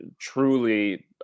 truly